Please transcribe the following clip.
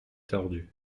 tordus